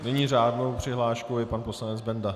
Nyní s řádnou přihláškou pan poslanec Benda.